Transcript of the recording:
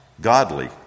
godly